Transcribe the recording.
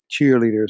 cheerleaders